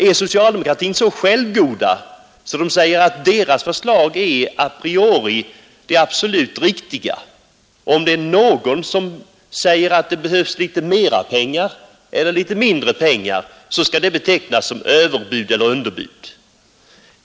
Är socialdemokraterna så självgoda att de säger att deras förslag a priori är de absolut riktiga och att om det är någon som säger att det behövs litet mera pengar eller litet mindre pengar skall det betecknas som överbud eller underbud?